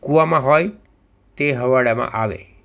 કૂવામાં હોય તે હવાડામાં આવે